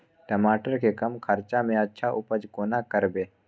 टमाटर के कम खर्चा में अच्छा उपज कोना करबे?